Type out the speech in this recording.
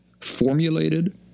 formulated